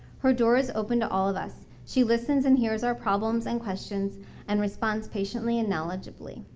her doors opened to all of us. she listens and hears our problems and questions and responds patiently and knowledgeably.